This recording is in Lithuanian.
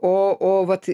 o o vat